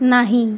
नाही